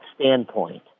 standpoint